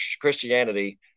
Christianity